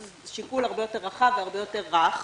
שזה שיקול הרבה יותר רחב והרבה יותר רך.